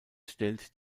stellt